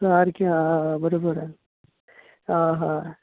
सारकें आं बरोबर आं हय